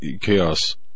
chaos